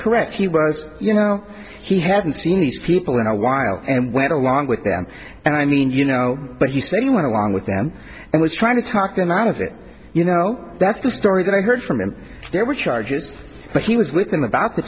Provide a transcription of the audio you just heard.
correct he was you know he hadn't seen these people in a while and went along with them and i mean you know but he said he went along with them and was trying to talk them out of it you know that's the story that i heard from him there were charges but he was with them about the